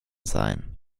sein